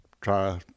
try